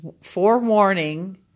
forewarning